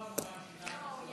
שמעתי,